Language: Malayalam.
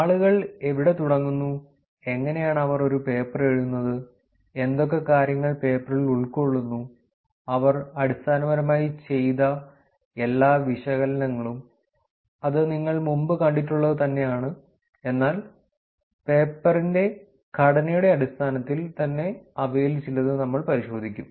ആളുകൾ എവിടെ തുടങ്ങുന്നു എങ്ങനെയാണ് അവർ ഒരു പേപ്പർ എഴുതുന്നത് എന്തൊക്കെ കാര്യങ്ങൾ പേപ്പറിൽ ഉൾക്കൊള്ളുന്നു അവർ അടിസ്ഥാനപരമായി ചെയ്ത എല്ലാ വിശകലനങ്ങളും അത് നിങ്ങൾ മുമ്പ് കണ്ടിട്ടുള്ളത് തന്നെ ആണ് എന്നാൽ പേപ്പറിൻറ്റെ ഘടനയുടെ അടിസ്ഥാനത്തിൽ തന്നെ അവയിൽ ചിലത് നമ്മൾ പരിശോധിക്കും